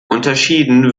unterschieden